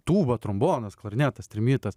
tūba trombonas klarnetas trimitas